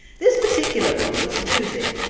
this particular one was a doozy,